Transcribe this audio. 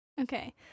okay